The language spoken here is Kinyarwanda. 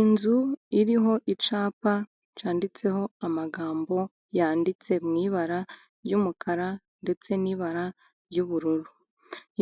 Inzu iriho icyapa cyanditseho amagambo yanditse mw'ibara ry'umukara ndetse n'ibara ry'ubururu,